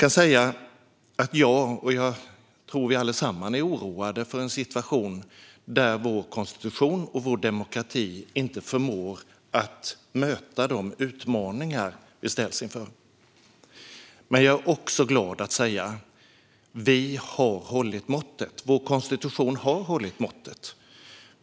Jag och, tror jag, vi allesammans är oroade för en situation där vår konstitution och vår demokrati inte förmår att möta de utmaningar vi ställs inför. Men jag är också glad att säga att vi och vår konstitution har hållit måttet.